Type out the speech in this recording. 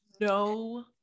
No